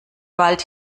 wald